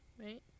right